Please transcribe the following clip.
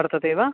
वर्तते वा